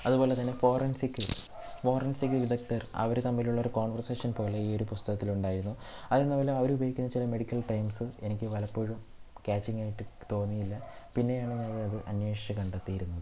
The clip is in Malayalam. അതുപോലെ തന്നെ ഫോറൻസിക് ഫോറൻസിക് വിദഗ്ധർ അവർ തമ്മിലുള്ള ഒരു കോൺവർസേഷൻ പോലെ ഈ ഒരു പുസ്തകത്തിലുണ്ടായിരുന്നു അതിൽ അവർ ഉപയോഗിക്കുന്ന ചില മെഡിക്കൽ ടേർമ്സ് എനിക്ക് പലപ്പോഴും ക്യാച്ചിങ് ആയിട്ട് തോന്നിയില്ല പിന്നെ ഞാൻ ഒന്നുകൂടെ അത് അന്വേഷിച്ച് കണ്ടെത്തിയിരുന്നു